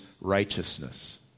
righteousness